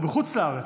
הוא בחוץ לארץ.